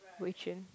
Wei Chuen